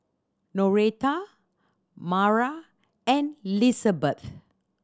Noreta Mara and Lizabeth